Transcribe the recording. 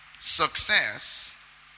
Success